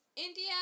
India